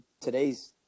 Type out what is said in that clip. today's